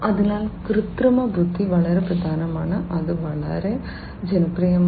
അതിനാൽ കൃത്രിമബുദ്ധി വളരെ പ്രധാനമാണ് അത് വളരെ ജനപ്രിയമായി